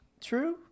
True